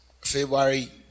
february